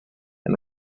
and